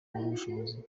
ubushobozi